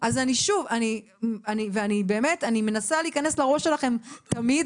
אז אני שוב, אני באמת מנסה להיכנס לראש שלכם תמיד.